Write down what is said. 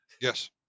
Yes